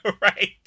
Right